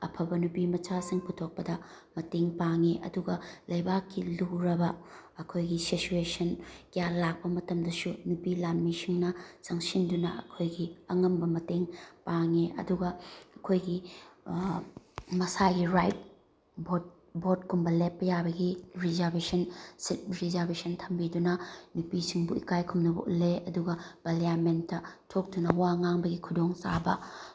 ꯑꯐꯕ ꯅꯨꯄꯤꯃꯆꯥꯁꯤꯡ ꯄꯨꯊꯣꯛꯄꯗ ꯃꯇꯦꯡ ꯄꯥꯡꯉꯦ ꯑꯗꯨꯒ ꯂꯩꯕꯥꯛꯀꯤ ꯂꯨꯔꯕ ꯑꯩꯈꯣꯏꯒꯤ ꯁꯤꯆ꯭ꯋꯦꯁꯟ ꯀꯌꯥ ꯂꯥꯛꯄ ꯃꯇꯝꯗꯁꯨ ꯅꯨꯄꯤ ꯂꯥꯟꯃꯤꯁꯤꯡꯅ ꯆꯪꯁꯤꯟꯗꯨꯅ ꯑꯩꯈꯣꯏꯒꯤ ꯑꯉꯝꯕ ꯃꯇꯦꯡ ꯄꯥꯡꯉꯦ ꯑꯗꯨꯒ ꯑꯩꯈꯣꯏꯒꯤ ꯃꯁꯥꯒꯤ ꯔꯥꯏꯠ ꯚꯣꯠ ꯚꯣꯠꯀꯨꯝꯕ ꯂꯦꯞꯄ ꯌꯥꯕꯒꯤ ꯔꯤꯖꯥꯔꯕꯦꯁꯟ ꯁꯤꯠ ꯔꯤꯖꯥꯔꯕꯦꯁꯟ ꯊꯝꯕꯤꯗꯨꯅ ꯅꯨꯄꯤꯁꯤꯡꯕꯨ ꯏꯀꯥꯏ ꯈꯨꯝꯅꯕ ꯎꯠꯂꯦ ꯑꯗꯨꯒ ꯄꯥꯔꯂꯤꯌꯥꯃꯦꯟꯇ ꯊꯣꯛꯇꯨꯅ ꯋꯥ ꯉꯥꯡꯕꯒꯤ ꯈꯨꯗꯣꯡ ꯆꯥꯕ